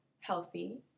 healthy